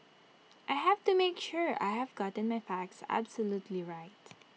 I have to make sure I have gotten my facts absolutely right